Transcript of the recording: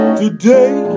today